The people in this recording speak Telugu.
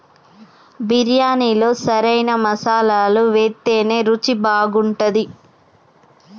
బిర్యాణిలో సరైన మసాలాలు వేత్తేనే రుచి మంచిగుంటది